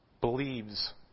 believes